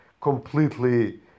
completely